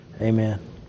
Amen